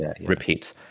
repeat